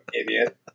Idiot